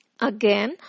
Again